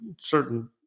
certain